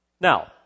Now